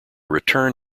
return